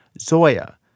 Zoya